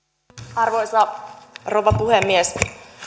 arvoisa rouva puhemies